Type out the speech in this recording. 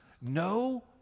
no